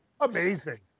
Amazing